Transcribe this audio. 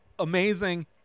Amazing